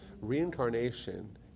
Reincarnation